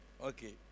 Okay